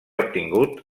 obtingut